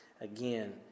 Again